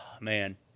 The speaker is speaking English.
man